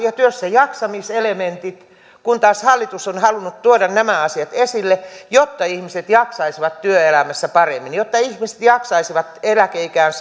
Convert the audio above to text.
ja työssäjaksamisen elementin kun taas hallitus on halunnut tuoda nämä asiat esille jotta ihmiset jaksaisivat työelämässä paremmin jotta ihmiset jaksaisivat eläkeikään